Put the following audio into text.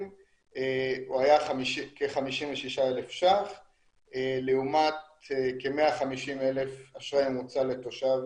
הוא היה כ-56,000 לעומת כ-150,000 אשראי ממוצע לתושב